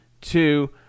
two